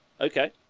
Okay